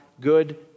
good